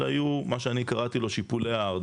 אלא יהיו במה שקראתי לו שיפולי ההר,